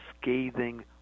scathing